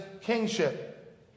kingship